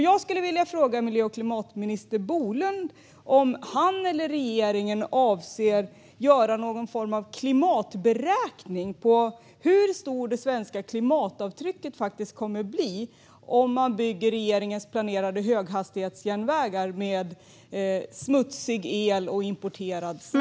Jag skulle vilja fråga miljö och klimatminister Bolund om han eller regeringen avser att göra någon form av klimatberäkning när det gäller hur stort det svenska klimatavtrycket blir om man bygger regeringens planerade höghastighetsjärnvägar med smutsig el och importerad cement.